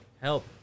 Help